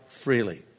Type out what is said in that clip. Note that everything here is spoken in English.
Freely